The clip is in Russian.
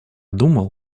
думал